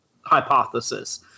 hypothesis